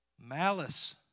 malice